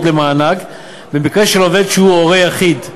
למענק במקרה של עובד שהוא הורה יחיד,